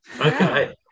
Okay